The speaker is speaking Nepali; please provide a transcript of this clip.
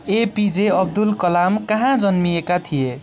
एपिजे अब्दुल कलाम कहाँ जन्मिएका थिए